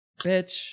bitch